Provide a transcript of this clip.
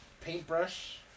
Paintbrush